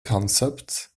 concept